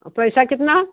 और पैसा कितना